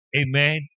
amen